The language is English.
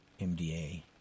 MDA